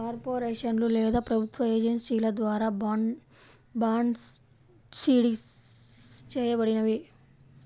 కార్పొరేషన్లు లేదా ప్రభుత్వ ఏజెన్సీల ద్వారా బాండ్సిస్ చేయబడినవి